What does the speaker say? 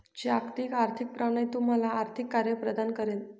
जागतिक आर्थिक प्रणाली तुम्हाला आर्थिक कार्ये प्रदान करेल